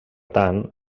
tant